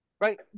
right